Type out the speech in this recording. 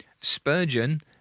Spurgeon